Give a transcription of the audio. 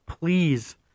please